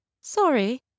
sorry